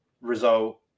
result